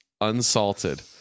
unsalted